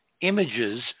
images